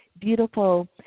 beautiful